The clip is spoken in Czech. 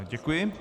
Děkuji.